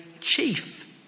chief